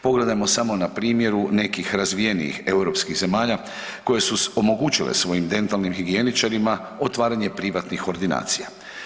Pogledajmo samo na primjeru nekih razvijenih europskih zemalja koje su omogućile svojim dentalnim higijeničarima otvaranje privatnih ordinacija.